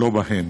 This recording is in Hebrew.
לא בהם.